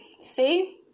See